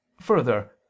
Further